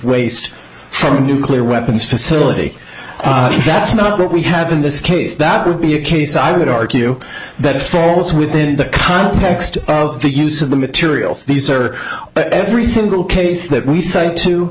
waste from a nuclear weapons facility that's not what we have in this case that would be a case i would argue that it falls within the context of the use of the materials these are every single case that we cite to